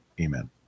amen